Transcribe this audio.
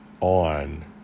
on